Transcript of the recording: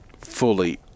fully